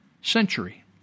century